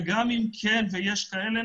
וגם אם כן ויש כאלה,